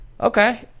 Okay